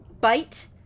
bite